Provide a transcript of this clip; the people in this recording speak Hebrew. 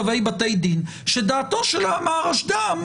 בתי הדין עשו עבודה מעולה ב-20 השנים האחרונות,